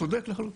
צודק לחלוטין.